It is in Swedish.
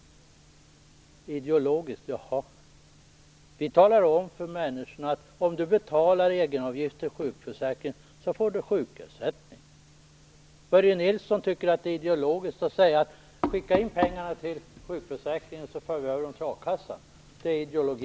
Ideologisk fråga - jaha! Vi säger till människorna: Om du betalar egenavgifter till sjukförsäkringen får du sjukersättning. Börje Nilsson tycker att det är ideologi att säga: Skicka in pengarna till sjukförsäkringen, så för vi över dem till a-kassan! Det är ideologi!